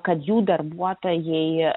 kad jų darbuotojai